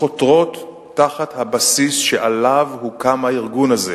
חותרות תחת הבסיס שעליו הוקם הארגון הזה.